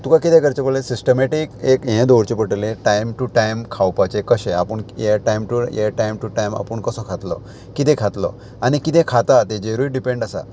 तुका किदें करचें पडलें सिस्टमॅटीक एक हें दवरचें पडटलें टायम टू टायम खावपाचें कशें आपूण ये टायम टू ये टायम टू टायम आपूण कसो खातलो किदें खातलो आनी किदें खाता तेजेरूय डिपेंड आसा